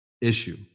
issue